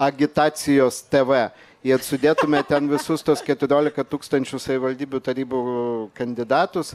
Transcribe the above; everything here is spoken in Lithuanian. agitacijos tv ir sudėtume ten visus tuos keturiolika tūkstančių savivaldybių tarybų kandidatus